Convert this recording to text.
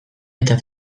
eta